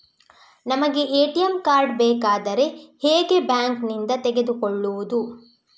ನಮಗೆ ATM card ಬೇಕಾದ್ರೆ ಹೇಗೆ ಬ್ಯಾಂಕ್ ನಿಂದ ತೆಗೆದುಕೊಳ್ಳುವುದು?